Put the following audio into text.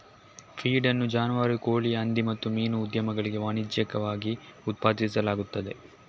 feed ಅನ್ನು ಜಾನುವಾರು, ಕೋಳಿ, ಹಂದಿ ಮತ್ತು ಮೀನು ಉದ್ಯಮಗಳಿಗೆ ವಾಣಿಜ್ಯಿಕವಾಗಿ ಉತ್ಪಾದಿಸಲಾಗುತ್ತದೆ